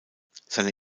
seine